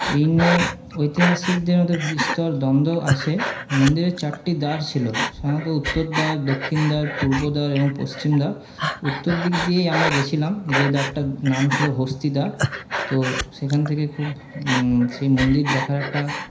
এই নিয়ে ঐতিহাসিকদের মধ্যে বিস্তর দ্বন্দ আছে মন্দিরের চারটি দ্বার ছিলো সাধারণত উত্তর দ্বার দক্ষিণ দ্বার পূর্ব দ্বার এবং পশ্চিম দ্বার উত্তর দিক দিয়েই আমরা গিয়েছিলাম যে দ্বারটার নাম ছিলো হস্তি দ্বার তো সেখান থেকে খুব সেই মন্দির দেখার একটা